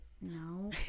no